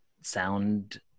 sound